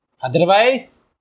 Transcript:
Otherwise